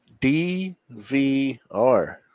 DVR